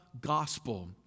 gospel